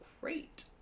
great